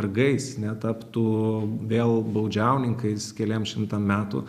vergais netaptų vėl baudžiauninkais keliems šimtam metų